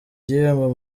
gihembo